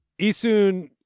Isun